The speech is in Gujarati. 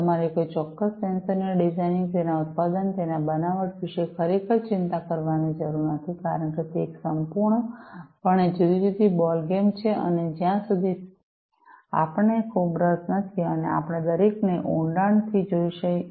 તેથી તમારે કોઈ ચોક્કસ સેન્સર ની ડિઝાઇનિંગ તેના ઉત્પાદન તેના બનાવટ વિશે ખરેખર ચિંતા કરવાની જરૂર નથી કારણ કે તે એક સંપૂર્ણપણે જુદી જુદી બોલગેમ છે અને જ્યાં સુધી આપણ ને ખૂબ રસ નથી અને આપણે દરેકને ઊંડાણ થી જોઈએ છીએ